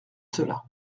cela